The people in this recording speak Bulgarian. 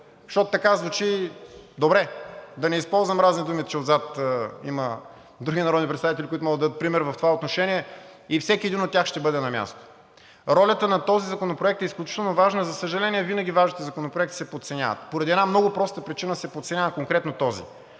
защото така звучи добре, да не използвам разни думи, че отзад има други народни представители, които могат да дадат примери в това отношение и всеки един от тях ще бъде на място. Ролята на този законопроект е изключително важна. За съжаление, винаги важните законопроекти се подценяват, поради една много проста причина се подценява конкретно този.